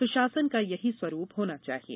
सुशासन का यही स्वरूप होना चाहिए